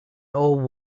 old